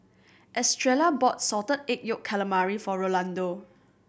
Estrella bought Salted Egg Yolk Calamari for Rolando